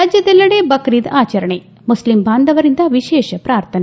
ರಾಜ್ಞದೆಲ್ಲೆಡೆ ಬಕ್ರೀದ್ ಆಚರಣೆ ಮುಸ್ಲಿಂ ಬಾಂಧವರಿಂದ ವಿಶೇಷ ಪ್ರಾರ್ಥನೆ